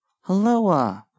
Hello